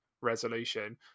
Resolution